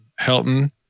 Helton